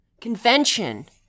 Convention